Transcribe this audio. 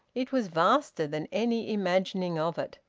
it was vaster than any imagining of it.